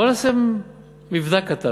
בואו נעשה מבדק קטן.